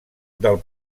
del